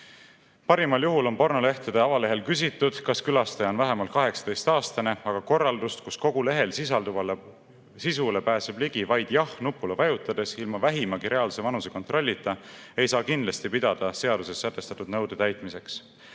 Parimal juhul küsitakse pornolehtede avalehel, kas külastaja on vähemalt 18-aastane, aga sellist korraldust, et kogu lehel sisalduvale sisule pääseb ligi vaid jah-nupule vajutades ilma vähimagi reaalse vanusekontrollita, ei saa kindlasti pidada seaduses sätestatud nõude täitmiseks.